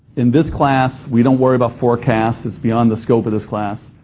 in this class, we don't worry about forecasts. it's beyond the scope of this class,